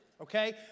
Okay